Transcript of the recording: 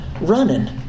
running